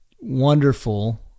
wonderful